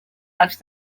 els